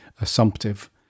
assumptive